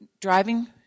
driving